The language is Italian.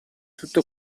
tutto